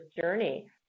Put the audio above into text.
journey